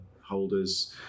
holders